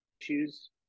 issues